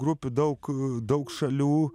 grupių daug daug šalių